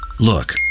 Look